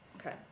Okay